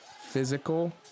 physical